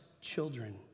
children